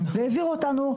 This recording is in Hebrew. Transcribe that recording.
והעבירו אותנו,